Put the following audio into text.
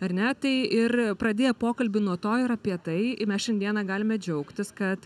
ar ne tai ir pradėję pokalbį nuo to ir apie tai mes šiandieną galime džiaugtis kad